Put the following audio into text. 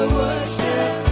worship